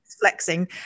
flexing